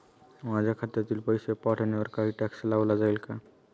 माझ्या खात्यातील पैसे पाठवण्यावर काही टॅक्स लावला जाईल का?